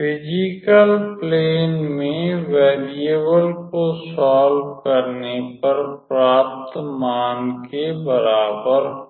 physical plane में वेरियेवल को सॉल्व करने पर प्राप्त मान के बराबर हो